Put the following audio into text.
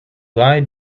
lie